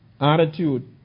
attitude